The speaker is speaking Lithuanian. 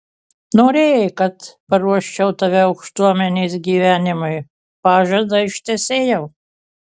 norėjai kad paruoščiau tave aukštuomenės gyvenimui pažadą ištesėjau